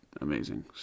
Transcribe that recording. amazing